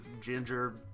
ginger